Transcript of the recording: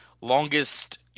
longest